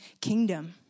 kingdom